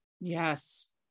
Yes